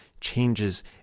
changes